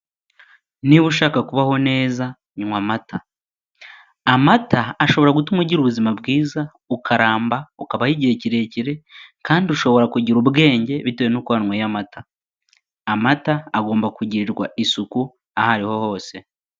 Niba ushaka kubaho neza, nywa amata. Amata ashobora gutuma ugira ubuzima bwiza, ukaramba, ukabaho igihe kirekire kandi ushobora kugira ubwenge bitewe n'uko wanyweye amata. Amata agomba kugirirwa isuku aho ariho hose.